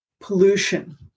pollution